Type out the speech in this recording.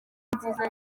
nziza